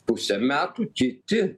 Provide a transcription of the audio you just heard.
pusę metų kiti